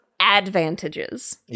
advantages